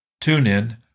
TuneIn